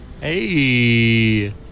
Hey